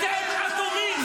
אתם אטומים.